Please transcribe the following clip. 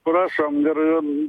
prašom ir